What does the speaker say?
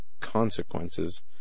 consequences